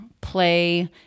play